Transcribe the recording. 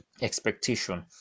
expectation